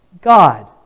God